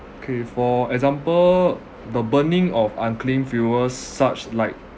kay for example the burning of unclean fuels s~ such like